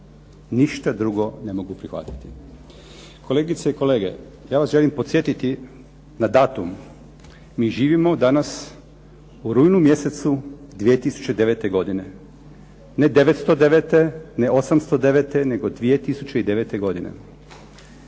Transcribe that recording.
Ništa drugo ne mogu prihvatiti. Kolegice i kolege, ja vas želim podsjetiti na datum, mi živimo danas u rujnu mjesecu 2009. godine. Ne '909., ne '809. nego 2009. godine.